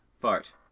Fart